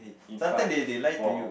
sometime they they lie to you